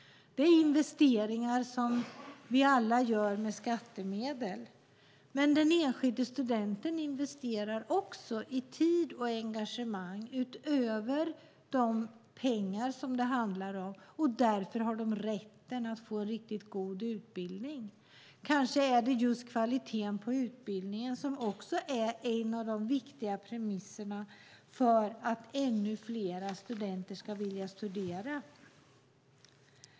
Det är investeringar som vi alla gör med skattemedel. Varje student investerar tid och engagemang utöver pengar. Därför har de rätt att få en riktigt god utbildning. Kanske är kvaliteten på utbildningen en viktig premiss för att ännu fler studenter ska vilja studera.